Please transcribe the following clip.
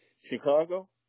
Chicago